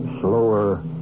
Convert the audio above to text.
slower